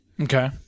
Okay